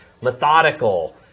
methodical